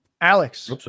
Alex